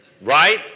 right